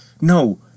No